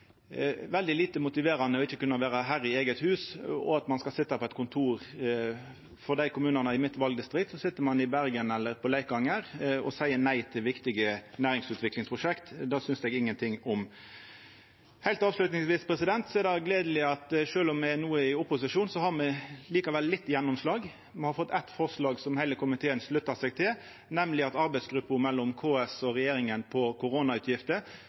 veldig lite motiverande ikkje å kunna vera herre i eige hus, og at nokon sit på eit kontor – når det gjeld kommunane i mitt valdistrikt, sit ein i Bergen eller på Leikanger – og seier nei til viktige næringsutviklingsprosjekt. Det synest eg ingenting om. Heilt avslutningsvis: Det er gledeleg at sjølv om me no er i opposisjon, har me likevel litt gjennomslag. Me har eit forslag som heile komiteen sluttar seg til, nemleg at regjeringa skal vurdera om arbeidsgruppa mellom KS og regjeringa som gjeld koronautgifter,